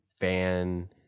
fan